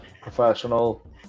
professional